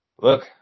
look